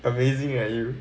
amazing like you